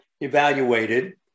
evaluated